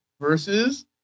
versus